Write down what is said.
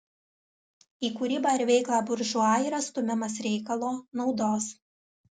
į kūrybą ir veiklą buržua yra stumiamas reikalo naudos